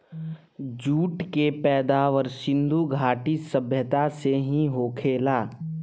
jute के पैदावार सिधु घाटी सभ्यता से ही होखेला